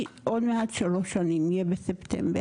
היא עוד מעט שלוש שנים, בספטמבר.